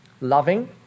Loving